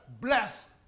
bless